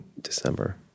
December